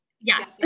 Yes